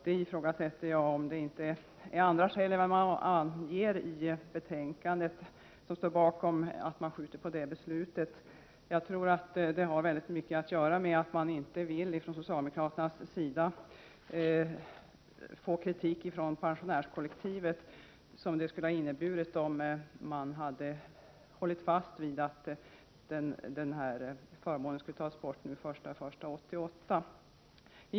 Jag ifrågasätter om det inte är andra skäl än dem som nämns i betänkandet som ligger bakom att man skjuter på beslutet. Jag tror att det har väldigt mycket att göra med att man från socialdemokraternas sida inte vill få kritik ifrån pensionärskollektivet, vilket skulle ha inträffat, om man hade hållit fast vid att denna förmån skall tas bort den 1 januari 1988.